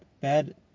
bad